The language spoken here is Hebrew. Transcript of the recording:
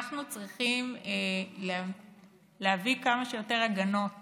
אנחנו צריכים להביא כמה שיותר הגנות